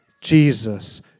Jesus